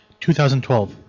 2012